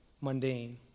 mundane